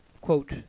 quote